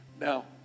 Now